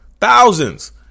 Thousands